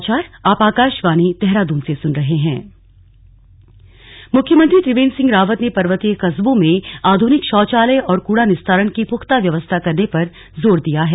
समीक्षा मुख्यमंत्री त्रिवेन्द्र सिंह रावत ने पर्वतीय कस्बों में आध्निक शौचालय और कूड़ा निस्तारण की पुख्ता व्यवस्था करने पर जोर दिया है